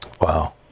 Wow